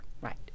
Right